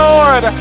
Lord